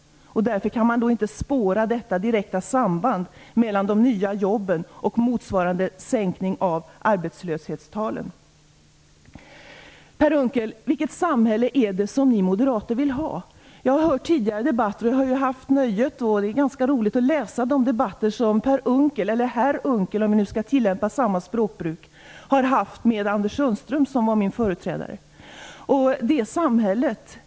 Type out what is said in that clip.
Därför kan man inte spåra detta direkta samband mellan de nya jobben och motsvarande sänkning av arbetslöshetstalen. Vilket samhälle är det som ni moderater vill ha, Per Unckel? Jag har lyssnat på tidigare debatter, och jag har haft nöjet att i protokollet följa de debatter som Per Unckel, eller herr Unckel, om vi skall tillämpa samma språkbruk, har fört med min företrädare Anders Sundström.